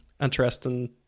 interesting